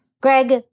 Greg